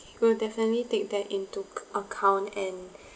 okay we'll definitely take that into account and